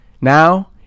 now